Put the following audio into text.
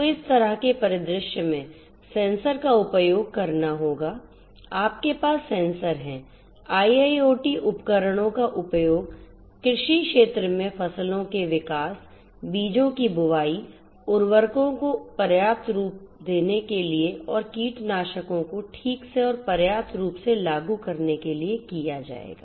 तो इस तरह के परिदृश्य में सेंसर का उपयोग करना होगा आपके पास सेंसर हैं IIoT उपकरणों का उपयोग कृषि क्षेत्र में फसलों के विकास बीजों की बुवाई उर्वरकों को पर्याप्त रूप देने के लिए और कीटनाशकों को ठीक से और पर्याप्त रूप से लागू करने के लिए किया जाएगा